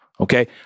Okay